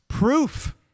Proof